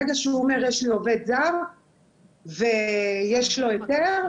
ברגע שאדם אומר שיש לו עובד זר ויש לו היתר,